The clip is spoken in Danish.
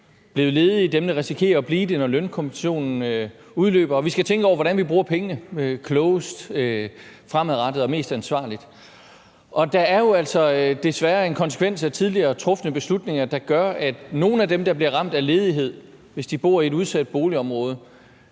der er blevet ledige, og dem, der risikerer at blive det, når lønkompensationen udløber, og at vi skal tænke over, hvordan vi bruger pengene klogest og mest ansvarligt fremadrettet. Der er jo altså desværre en konsekvens af tidligere trufne beslutninger, der gør, at nogle af dem, der bliver ramt af ledighed, hvis de bor i et udsat boligområde,